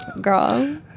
Girl